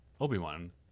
Obi-Wan